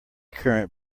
current